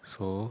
so